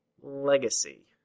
Legacy